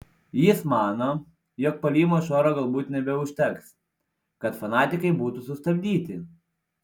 jis mano jog puolimo iš oro galbūt nebeužteks kad fanatikai būtų sustabdyti